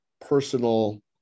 personal